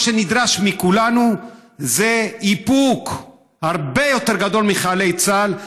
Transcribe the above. מה שנדרש מכולנו זה איפוק הרבה יותר גדול משל חיילי צה"ל.